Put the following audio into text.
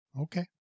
Okay